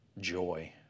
joy